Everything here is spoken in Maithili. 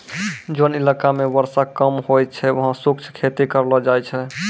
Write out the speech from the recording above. जोन इलाका मॅ वर्षा कम होय छै वहाँ शुष्क खेती करलो जाय छै